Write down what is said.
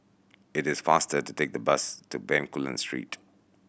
it is faster to take the bus to Bencoolen Street